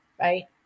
right